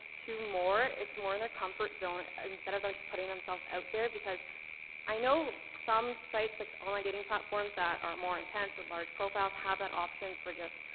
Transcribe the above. to more. it's more in their comfort zone, instead of them just putting themselves out there. because i know some sites, like, online dating platforms that are more intense with large profiles have that option for just,